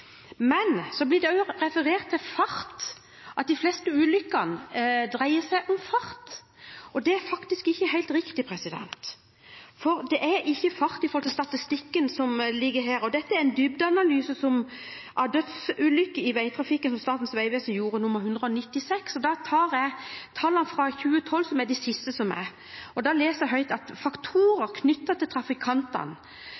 Men så blir det også referert til fart, at de fleste ulykkene dreier seg om fart. Det er faktisk ikke helt riktig, for det er ikke bare fart som er en faktor i den statistikken som foreligger, en dybdeanalyse av dødsulykker i veitrafikken som Statens vegvesen har gjort – nr. 196. Jeg tar tallene fra 2012, som er de siste som er. Av faktorer knyttet til trafikantene